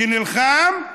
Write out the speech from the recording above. שנלחם,